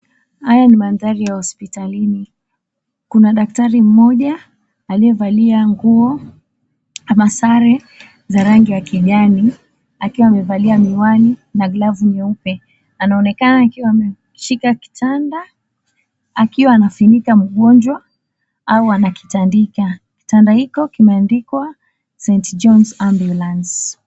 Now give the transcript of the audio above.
Haya ni mandhari ya hospitalini. Kuna daktari mmoja aliyevalia nguoa ama sare za rangi ya kijani akiwa amevalia miwani na glavu nyeupe, anaonekana akiwa ameshika kitanda akiwa amefunika mgonjwa au anakitandika. Kitanda hiko kimeandikwa St Johns Ambulance.